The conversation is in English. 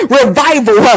revival